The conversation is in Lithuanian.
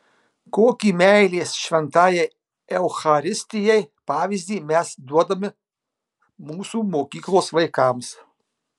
kokį meilės šventajai eucharistijai pavyzdį mes duodame mūsų mokyklos vaikams